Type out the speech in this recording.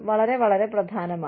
വളരെ വളരെ പ്രധാനമാണ്